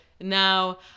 now